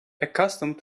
accustomed